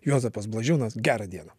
juozapas blažiūnas gerą dieną